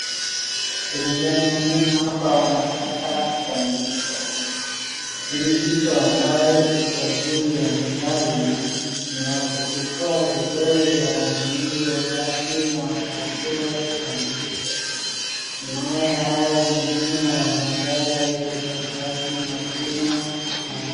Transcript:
Kulingana mimi hapa wanakata kitambulisho. Hii kitu ambaye iko juu ya mezani ni ya kuchukua vidole za wanachi wakati wanakatiwa kitambulisho. Naye hawa wengine wanajaza hizo karatasi majina.